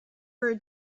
were